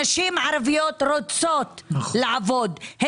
כי נשים ערביות רוצות לעבוד,